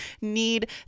need